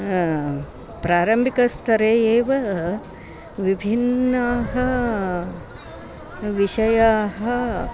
प्रारम्भिकस्तरे एव विभिन्नाः विषयाः